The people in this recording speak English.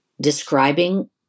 describing